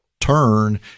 turn